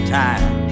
time